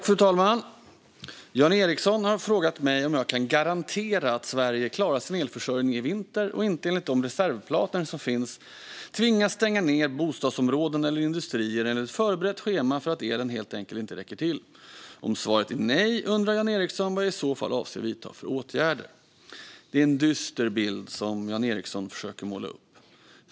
Fru talman! Jan Ericson har frågat mig om jag kan garantera att Sverige klarar sin elförsörjning i vinter och inte, enligt de reservplaner som finns, tvingas stänga ned bostadsområden eller industrier enligt ett förberett schema för att elen helt enkelt inte räcker till. Om svaret är nej undrar Jan Ericson vad jag i så fall avser att vidta för åtgärder. Det är en dyster bild som Jan Ericson försöker måla upp.